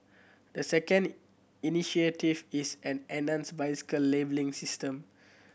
the second initiative is an enhanced bicycle labelling system